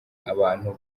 abantu